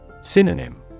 Synonym